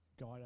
guide